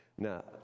Now